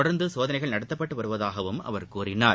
தொடர்ந்து சோதனைகள் நடத்தப்பட்டு வருவதாகவும் அவர் கூறினார்